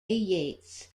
yates